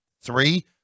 three